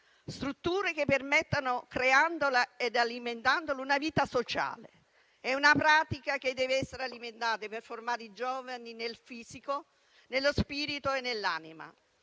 strutture che permettano, creandola ed alimentandola, una vita sociale. È una pratica che deve essere alimentata, per formare i giovani nel fisico, nello spirito e nell'anima.